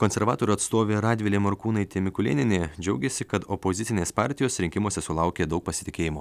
konservatorių atstovė radvilė morkūnaitė mikulėnienė džiaugėsi kad opozicinės partijos rinkimuose sulaukė daug pasitikėjimo